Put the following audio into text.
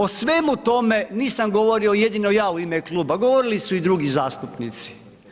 O svemu tome nisam govorio jedino ja u ime kluba, govorili su i drugi zastupnici.